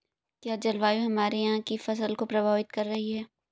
क्या जलवायु हमारे यहाँ की फसल को प्रभावित कर रही है?